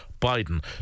Biden